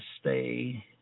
stay